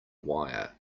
wire